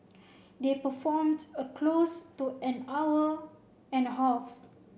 they performed a close to an hour and a half